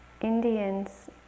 Indians